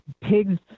pigs